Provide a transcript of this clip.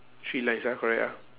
three lines ah correct ah